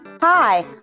Hi